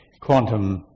quantum